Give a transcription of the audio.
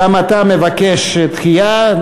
גם אתה מבקש דחייה.